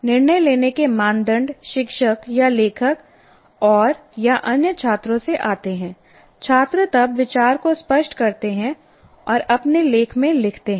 निर्णय लेने के मानदंड शिक्षक या लेखक औरया अन्य छात्रों से आते हैं छात्र तब विचार को स्पष्ट करते हैं और अपने लेख में लिखते हैं